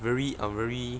very I'm very